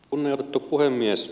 kunnioitettu puhemies